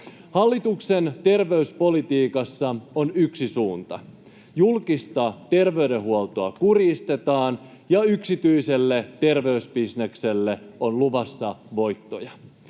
Hallituksen terveyspolitiikassa on yksi suunta: julkista terveydenhuoltoa kurjistetaan, ja yksityiselle terveysbisnekselle on luvassa voittoja.